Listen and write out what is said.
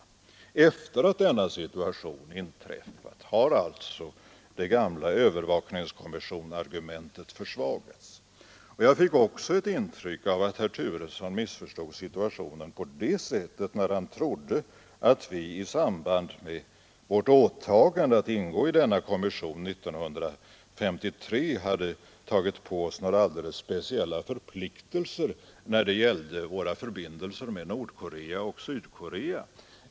Sedan denna situation inträffat har alltså det gamla övervakningskommissionsargumentet försvagats. Jag fick vidare ett intryck av att herr Turesson missförstod situationen när han trodde att vi i samband med vårt åtagande att ingå i denna kommission år 1953 hade tagit på oss några alldeles speciella förpliktelser när det gällde våra förbindelser med Nordkorea och Sydkorea.